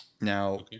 Now